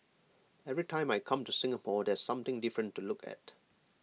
every time I come to Singapore there's something different to look at